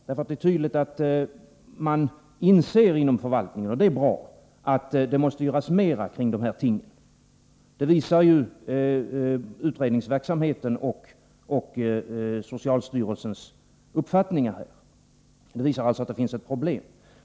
Det är ju tydligt att man inom förvaltningen inser — och det är bra — att det måste göras mer kring dessa ting. Utredningsverksamheten och socialstyrelsens uppfattningar visar att det finns problem.